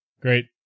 Great